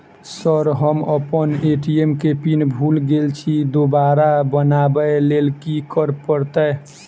Sir हम अप्पन ATM केँ पिन भूल गेल छी दोबारा बनाबै लेल की करऽ परतै?